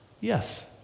Yes